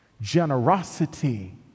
generosity